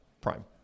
prime